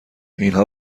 اینها